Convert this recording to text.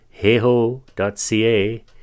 heyho.ca